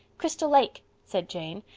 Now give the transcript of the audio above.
crystal lake, said jane.